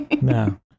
No